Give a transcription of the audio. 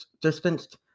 distanced